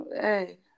hey